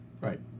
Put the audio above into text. right